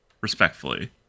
respectfully